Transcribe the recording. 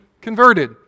converted